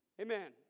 Amen